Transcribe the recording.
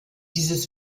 dieses